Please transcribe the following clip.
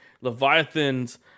Leviathans